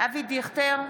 אבי דיכטר,